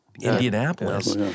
Indianapolis